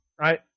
right